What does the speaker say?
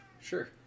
Sure